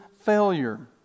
failure